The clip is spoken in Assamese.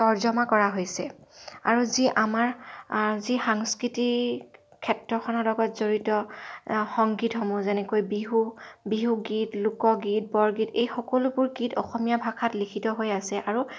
তৰ্জমা কৰা হৈছে আৰু যি আমাৰ যি সাংস্কৃতিক ক্ষেত্ৰখনৰ লগত জড়িত সংগীতসমূহ যেনেকৈ বিহু বিহু গীত লোকগীত বৰগীত এই সকলোবোৰ গীত অসমীয়া ভাষাত লিখিত হৈ আছে আৰু